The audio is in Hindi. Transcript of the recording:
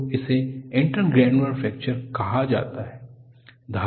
तो इसे इंटरग्रेनुलर फ्रैक्चर कहा जाता है